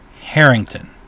Harrington